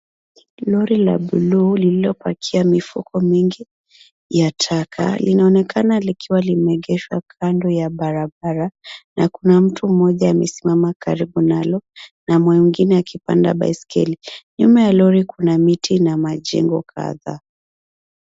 Lori la bluu lililopakia mifuko mingi ya taka linaonekana likiwa limeegeeshwa kando ya barabara na kuna mtu mmoja amesimama karibu nalo na mwingine akipanda baiskeli. Nyuma ya lori kuna miti na majengo kadhaa.